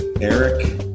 Eric